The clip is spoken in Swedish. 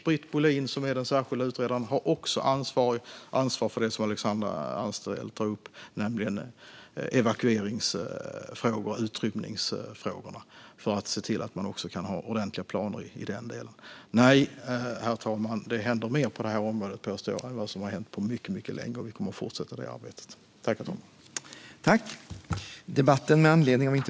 Britt Bohlin, som är den särskilda utredaren, har också ansvar för det som Alexandra Anstrell tog upp, nämligen evakueringsfrågor och utrymningsfrågor, för att se till att man också kan ha ordentliga planer i den delen. Herr talman! Jag påstår att det händer mer på detta område nu än vad som har hänt på mycket länge, och vi kommer att fortsätta med detta arbete.